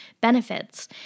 benefits